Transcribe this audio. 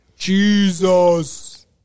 Jesus